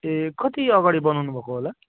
ए कति अगाडि बनाउनुभएको होला